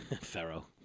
Pharaoh